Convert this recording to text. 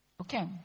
okay